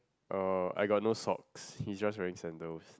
orh I got no socks he just wearing sandals